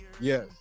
Yes